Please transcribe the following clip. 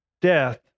death